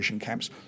camps